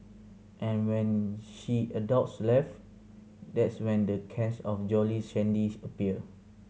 and when she adults left that's when the cans of Jolly Shandy appear